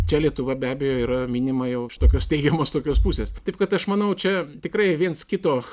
čia lietuva be abejo yra minima jau iš tokios teigiamos tokios pusės taip kad aš manau čia tikrai viens kito